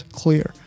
clear